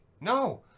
No